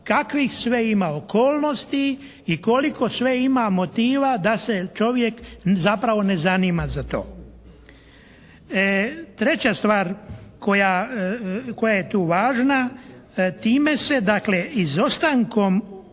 kakvih sve ima okolnosti i koliko sve ima motiva da se čovjek zapravo ne zanima za to. Treća stvar koja je tu važna. Time se dakle, izostankom